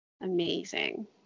Amazing